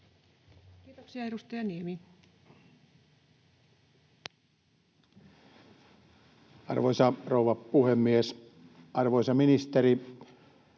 Kiitoksia. — Edustaja Niemi. Arvoisa rouva puhemies! Arvoisa ministeri,